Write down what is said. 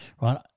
Right